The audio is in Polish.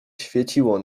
świeciło